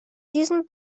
diesen